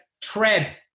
tread